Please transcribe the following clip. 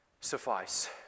suffice